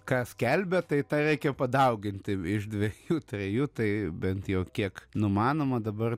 ką skelbė tai reikia padauginti iš dvejų trejų tai bent jau kiek numanoma dabar